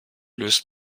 löst